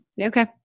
Okay